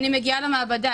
אני מגיעה למעבדה,